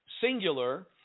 singular